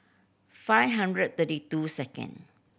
five hundred thirty two second